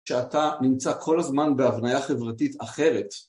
שאתה נמצא כל הזמן בהבניה חברתית אחרת